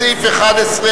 סעיף 11,